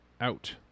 Out